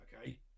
Okay